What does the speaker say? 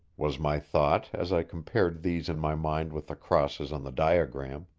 was my thought as i compared these in my mind with the crosses on the diagram.